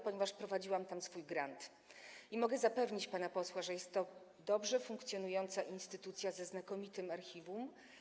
Prowadziłam tam swój grant i mogę zapewnić pana posła, że jest to dobrze funkcjonująca instytucja ze znakomitym archiwum.